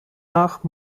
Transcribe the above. nach